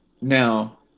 Now